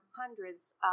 hundreds